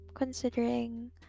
considering